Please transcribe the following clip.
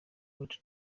walter